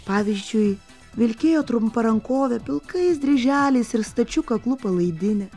pavyzdžiui vilkėjo trumparankovę pilkais dryželiais ir stačiu kaklu palaidinę